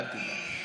אל תדאג.